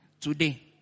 today